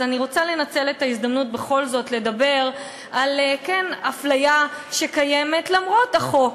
אז אני רוצה לנצל את ההזדמנות בכל זאת לדבר על הפליה שקיימת למרות החוק.